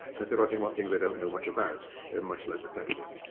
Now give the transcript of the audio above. and if they're writing about things they don't know much about, they're much less effective.